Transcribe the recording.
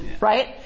right